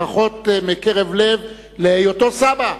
ברכות מקרב לב להיותו סבא.